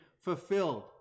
fulfilled